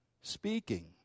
speaking